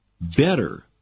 better